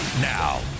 Now